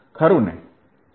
ખરું